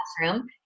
classroom